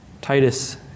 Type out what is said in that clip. Titus